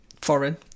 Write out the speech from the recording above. foreign